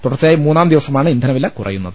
തുടർച്ചയായി മൂന്നാം ദിവസമാണ് ഇന്ധനവില കുറയുന്നത്